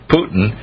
Putin